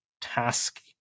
task